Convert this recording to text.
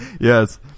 Yes